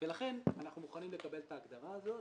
ולכן אנחנו מוכנים לקבל את ההגדרה הזאת,